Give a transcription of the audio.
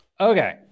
Okay